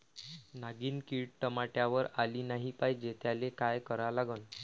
नागिन किड टमाट्यावर आली नाही पाहिजे त्याले काय करा लागन?